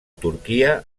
turquia